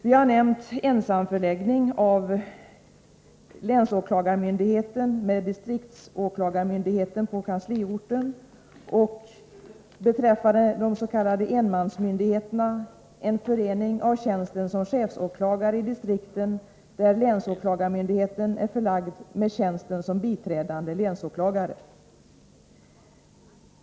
Vi har nämnt en samförläggning av länsåklagarmyndigheten med distriktsåklagarmyndigheten på kansliorten och — beträffande de s.k. enmansmyndigheterna — en förening av tjänsten som chefsåklagare, i distrikt där länsåklagarmyndigheten är förlagd, med tjänsten som biträdande länsåklagare.